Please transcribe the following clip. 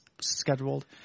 scheduled